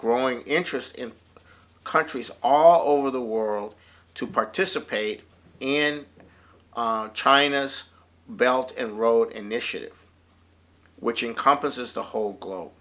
growing interest in countries all over the world to participate in china's belt and wrote initiative which in compas is the whole glo